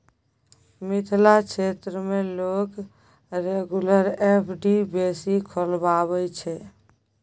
मिथिला क्षेत्र मे लोक रेगुलर एफ.डी बेसी खोलबाबै छै